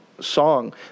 song